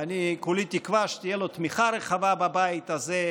ואני כולי תקווה שתהיה לו תמיכה רחבה בבית הזה,